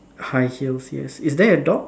high heels yes is there a dog